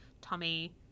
Tommy